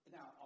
Now